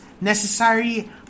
Necessary